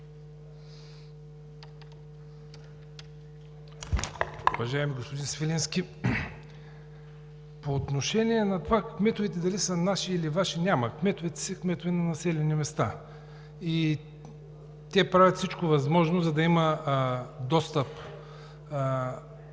Уважаеми господин Свиленски, по отношение на това дали кметовете са наши, или Ваши – те са си кметове на населени места и те правят всичко възможно, за да има достъп